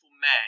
man